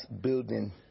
building